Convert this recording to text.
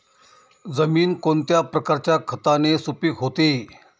जमीन कोणत्या प्रकारच्या खताने सुपिक होते?